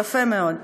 יפה מאוד.